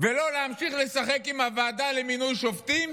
ולא להמשיך לשחק עם הוועדה למינוי שופטים.